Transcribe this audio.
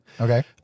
Okay